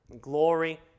glory